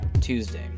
Tuesday